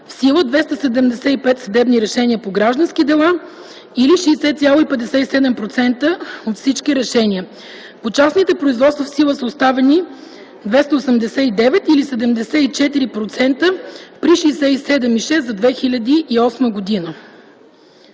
в сила 275 съдебни решения по граждански дела или 60,57% от всички решения. По частните производства в сила са оставени 289 определения или 74,1% при 67,6% за 2008 г.